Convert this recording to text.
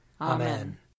Amen